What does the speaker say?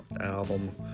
album